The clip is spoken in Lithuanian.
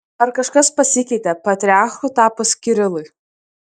ar kažkas pasikeitė patriarchu tapus kirilui